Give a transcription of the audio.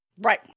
Right